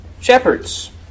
shepherds